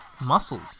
Muscle